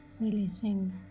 releasing